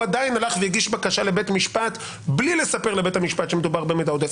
עדיין הלך והגיש בקשה לבית משפט בלי לספר לבית המשפט שמדובר במידע עודף,